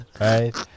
right